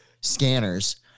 Scanners